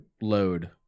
load